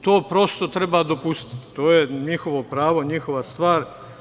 To treba dopustiti, to je njihovo pravo, to je njihova stvar.